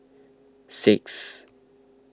six